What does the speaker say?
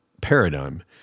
paradigm